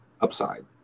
upside